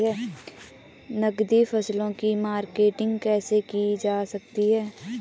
नकदी फसलों की मार्केटिंग कैसे की जा सकती है?